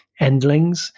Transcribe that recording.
endlings